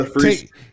Take